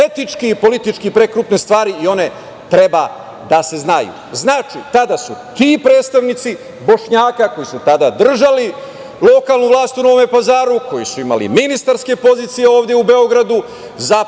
etički i politički prekrupne stvari i one treba da se znaju. Znači, tada su ti predstavnici Bošnjaka koji su tada držali lokalnu vlast u Novom Pazaru, koji su imali ministarske pozicije ovde u Beogradu,